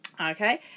okay